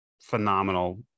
phenomenal